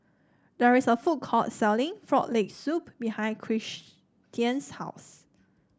there is a food court selling Frog Leg Soup behind Christian's house